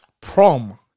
prom